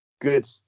good